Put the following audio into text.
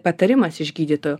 patarimas išgydytų